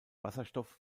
wasserstoff